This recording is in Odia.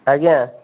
ଆଜ୍ଞା